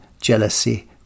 jealousy